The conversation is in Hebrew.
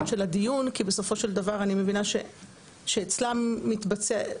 של הדיון כי בסופו של דבר אני מבינה שאצלם זה מתבצע.